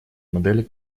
модели